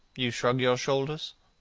you shrug your shoulders?